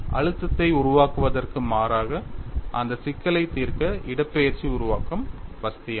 அழுத்தத்தை உருவாக்குவதற்கு மாறாக இந்த சிக்கலை தீர்க்க இடப்பெயர்ச்சி உருவாக்கம் வசதியானது